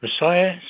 Messiah